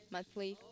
monthly